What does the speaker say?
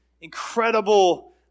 incredible